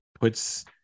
puts